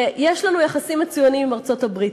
יש לנו יחסים מצוינים עם ארצות-הברית.